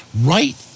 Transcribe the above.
right